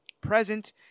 present